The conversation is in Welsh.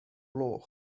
gloch